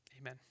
Amen